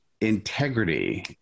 integrity